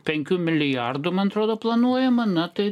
penkių milijardų man atrodo planuojama na tai